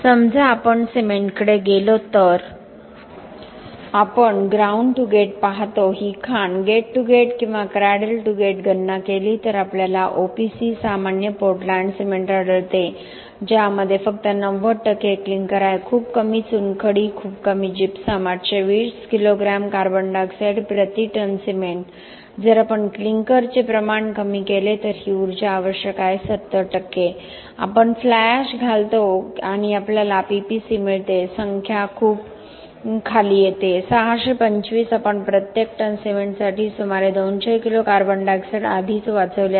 समजा आपण सिमेंटकडे गेलो तर आपण ग्राउंड टू गेट पाहतो ही खाण गेट टू गेट किंवा क्रॅडल टू गेट गणना केली तर आपल्याला ओपीसी सामान्य पोर्टलँड सिमेंट आढळते ज्यामध्ये फक्त 90 क्लिंकर आहे खूप कमी चुनखडी खूप कमी जिप्सम 820 किलोग्राम कार्बन डायॉक्साइड प्रति टन सिमेंट जर आपण क्लिंकरचे प्रमाण कमी केले तर ही ऊर्जा आवश्यक आहे 70 आपण फ्लाय ऍश घालतो आणि आपल्याला PPC मिळते संख्या खूप खाली येते 625आपण प्रत्येक टन सिमेंटसाठी सुमारे 200 किलो कार्बन डायॉक्साइड आधीच वाचवले आहे